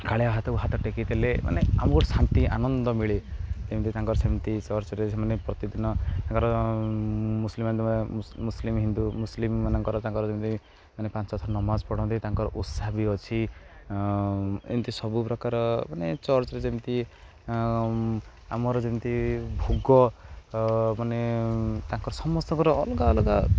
କାଳିଆ ହାତକୁ ହାତ ଟେକି ଦେଲେ ମାନେ ଆମର ଶାନ୍ତି ଆନନ୍ଦ ମିଳେ ଯେମିତି ତାଙ୍କର ସେମିତି ଚର୍ଚ୍ଚରେ ମାନେ ପ୍ରତିଦିନ ତାଙ୍କର ମୁସଲିମ୍ ମୁସଲିମ୍ ହିନ୍ଦୁ ମୁସଲିମ୍ ମାନଙ୍କର ତାଙ୍କର ଯେମିତି ମାନେ ପାଞ୍ଚଥର ନମାଜ ପଢ଼ନ୍ତି ତାଙ୍କର ଓଷା ବି ଅଛି ଏମିତି ସବୁ ପ୍ରକାର ମାନେ ଚର୍ଚ୍ଚରେ ଯେମିତି ଆମର ଯେମିତି ଭୋଗ ମାନେ ତାଙ୍କର ସମସ୍ତଙ୍କର ଅଲଗା ଅଲଗା